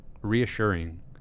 reassuring